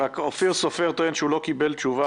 רק שאופיר סופר טוען שהוא לא קיבל תשובה.